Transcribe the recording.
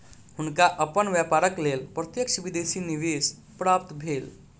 हुनका अपन व्यापारक लेल प्रत्यक्ष विदेशी निवेश प्राप्त भेल